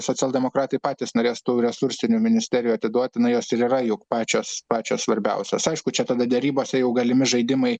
socialdemokratai patys norės tų resursinių ministerijų atiduot na jos ir yra juk pačios pačios svarbiausios aišku čia tada derybose jau galimi žaidimai